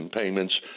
payments